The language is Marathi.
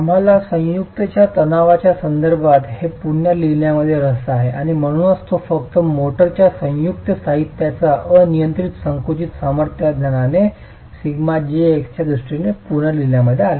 आम्हाला संयुक्त च्या तणावाच्या संदर्भात हे पुन्हा लिहिण्यात रस आहे आणि म्हणूनच तो फक्त मोर्टारच्या संयुक्त साहित्याच्या अनियंत्रित संकुचित सामर्थ्याच्या ज्ञानाने σjx च्या दृष्टीने पुन्हा लिहिण्यात आला आहे